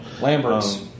Lambert's